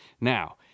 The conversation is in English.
Now